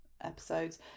episodes